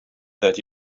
that